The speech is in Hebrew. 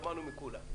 שמענו אותו מכולם,